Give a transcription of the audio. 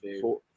four